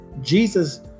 jesus